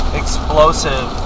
explosive